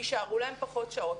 שגם שם יישארו למורות פחות שעות.